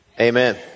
Amen